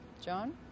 John